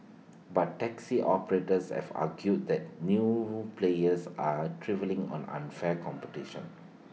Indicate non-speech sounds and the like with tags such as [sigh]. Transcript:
but taxi operators have argued that new players are [unintelligible] on unfair competition